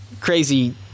crazy